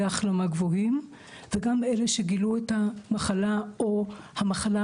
החלמה גבוהים וגם אלו שגילו את המחלה או שהמחלה